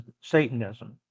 Satanism